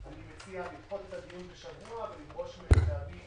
אני מציע לדחות את הדיון בשבוע, לדרוש מהם להביא